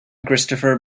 christopher